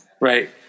Right